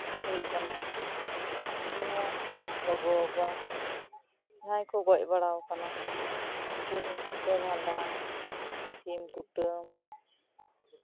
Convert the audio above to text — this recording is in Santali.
ᱦᱩᱭᱩᱜ ᱠᱟᱱᱟ ᱡᱮᱢᱚᱱ ᱜᱚᱜᱚ ᱵᱟᱵᱟ ᱡᱟᱸᱦᱟᱭ ᱠᱚ ᱜᱚᱡ ᱵᱟᱲᱟᱣ ᱟᱠᱟᱱᱟ ᱩᱱᱠᱩ ᱧᱩᱛᱩᱢ ᱛᱮ ᱵᱷᱟᱸᱰᱟᱱ ᱥᱤᱢ ᱠᱩᱴᱟᱹᱢ